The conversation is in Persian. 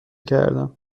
کردم